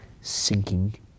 sinking